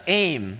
aim